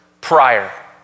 prior